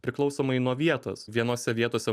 priklausomai nuo vietos vienose vietose